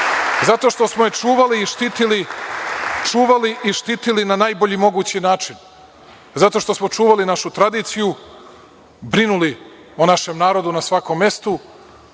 Zato što smo je čuvali i štitili na najbolji mogući način. Zato što smo čuvali našu tradiciju, brinuli o našem narodu na svakom mestu,